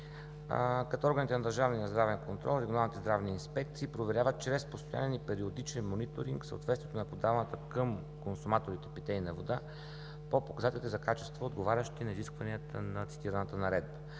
като органите на Държавния здравен контрол и регионалните здравни инспекции проверяват чрез постоянен и периодичен мониторинг съответствието на подаваната към консуматорите питейна вода по показателите за качество, отговарящи на изискванията на цитираната Наредба.